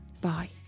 Bye